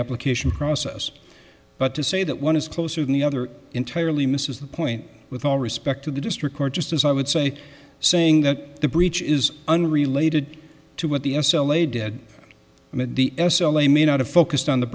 application process but to say that one is closer than the other entirely misses the point with all respect to the district court just as i would say saying that the breach is unrelated to what the s l a did and that the s l a may not have focused on the